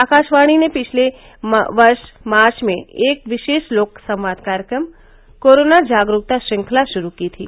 आकाशवाणी ने पिछले वर्ष मार्च में एक विशेष लोक संवाद कार्यक्रम कोरोना जागरूकता श्रंखला शुरू की थी